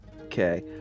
okay